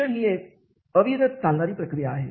शिक्षण ही एक अविरत चालणारी प्रक्रिया आहे